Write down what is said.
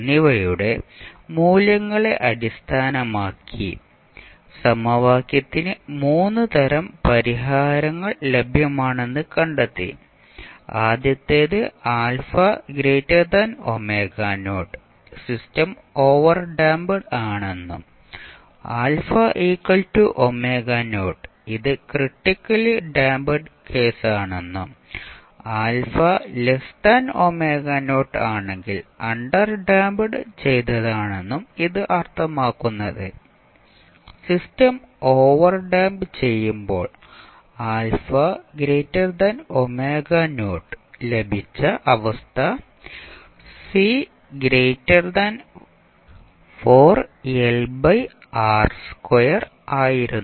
എന്നിവയുടെ മൂല്യങ്ങളെ അടിസ്ഥാനമാക്കി സമവാക്യത്തിന് 3 തരം പരിഹാരങ്ങൾ ലഭ്യമാണെന്ന് കണ്ടെത്തി ആദ്യത്തേത് ɑ സിസ്റ്റം ഓവർഡാമ്പ് ആണെന്നും ɑ ഇത് ക്രിട്ടിക്കലി ഡാംപ് കേസാണെന്നും ɑ ആണെങ്കിൽ അണ്ടർഡാമ്പ് ചെയ്തതാണെന്നും ഇത് അർത്ഥമാക്കുന്നത് സിസ്റ്റം ഓവർഡാമ്പ് ചെയ്യുമ്പോൾ ɑലഭിച്ച അവസ്ഥ ആയിരുന്നു